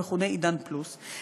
המכונות "עידן פלוס",